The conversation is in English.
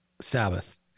Sabbath